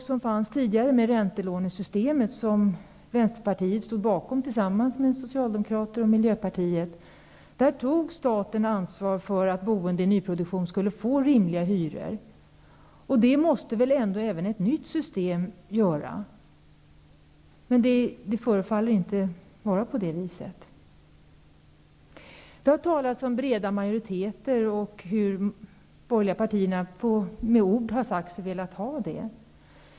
Socialdemokraterna och Miljöpartiet stod bakom, tog staten ansvar för att boende i nyproduktion till rimliga hyror var möjligt. Det måste väl ändå även ett nytt system innebära, men det förefaller inte att vara på det viset. Det har talats om breda majoriteter. De borgerliga partierna har sagt sig vilja uppnå sådana.